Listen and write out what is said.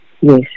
Yes